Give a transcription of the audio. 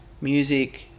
music